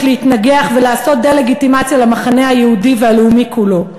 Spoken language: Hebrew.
להתנגח ולעשות דה-לגיטימציה למחנה היהודי והלאומי כולו.